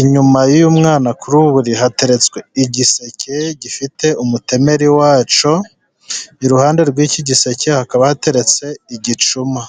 Inyuma y'uyu mwana kuri ubu buriri hakaba hateretswe igiseke gifite umutemeri wacyo. Iruhande rw'iki giseke hakaba hateretse igicuma.